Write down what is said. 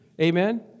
Amen